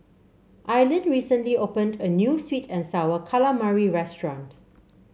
Aylin recently opened a new sweet and sour calamari restaurant